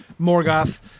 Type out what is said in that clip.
Morgoth